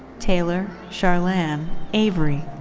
taylor charlann avery.